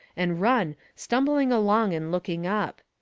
and run, stumbling along and looking up.